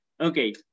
okay